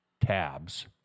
Tabs